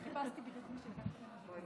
הינה, הוא חוזר.